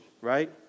right